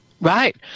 right